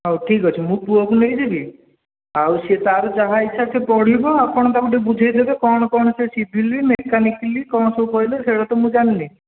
ହଉ ଠିକ୍ ଅଛି ମୁଁ ପୁଅକୁ ନେଇଯିବି ଆଉ ସେ ତା'ର ଯାହା ଇଚ୍ଛା ସେ ପଢ଼ିବ ଆପଣ ତାକୁ ଟିକିଏ ବୁଝେଇଦେବେ କ'ଣ କ'ଣ ସେ ସିଭିଲ୍ ମେକାନିକାଲ୍ କ'ଣ ସବୁ କହିଲା ସେଗୁଡ଼ା ତ ମୁଁ ଜାଣିନି